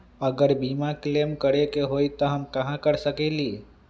अगर बीमा क्लेम करे के होई त हम कहा कर सकेली?